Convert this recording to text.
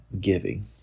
giving